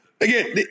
Again